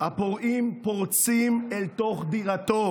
הפורעים פורצים אל תוך דירתו.